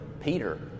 Peter